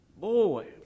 boy